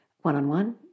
one-on-one